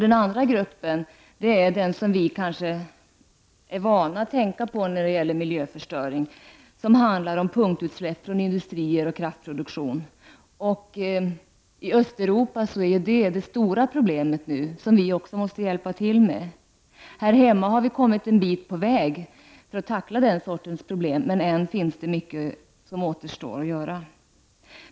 Den andra gruppen av problem är den som vi kanske är vana vid att tänka på när det gäller miljöförstöringen. Det handlar om punktutsläpp från industrier och om kraftproduktion. I Östeuropa är detta nu det stora problemet, och det är något som vi också måste hjälpa till med. Här hemma har vi kommit en bit på väg när det gäller att tackla den sortens problem, men än finns det mycket som återstår att göra.